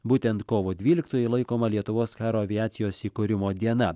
būtent kovo dvyliktoji laikoma lietuvos karo aviacijos įkūrimo diena